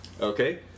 Okay